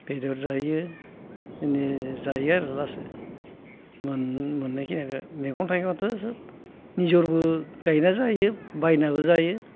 बेदर जायो बिदिनो जायो आरो लासै मोननायखिनिखौ मैगं थाइगंआथ' सोब गावबो गायना जायो बायनाबो जायो